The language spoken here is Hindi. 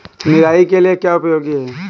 निराई के लिए क्या उपयोगी है?